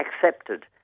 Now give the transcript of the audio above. accepted